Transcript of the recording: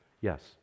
Yes